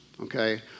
Okay